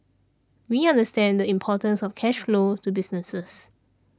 we understand the importance of cash flow to businesses